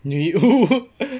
女巫